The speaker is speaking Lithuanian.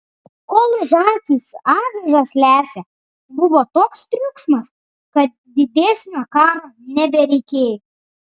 kol žąsys avižas lesė buvo toks triukšmas kad didesnio karo nebereikėjo